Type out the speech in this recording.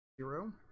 zero